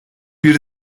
bir